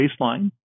baseline